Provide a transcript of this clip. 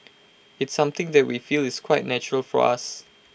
it's something that we feel is quite natural for us